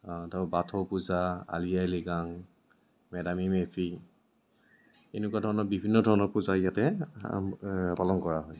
ধৰক বাথৌ পূজা আলি আই লৃগাং মে ডাম মে ফি এনেকুৱা ধৰণৰ বিভিন্ন ধৰণৰ পূজা ইয়াতে পালন কৰা হয়